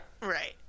Right